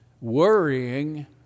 worrying